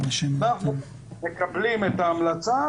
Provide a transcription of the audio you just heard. אנחנו מקבלים את ההמלצה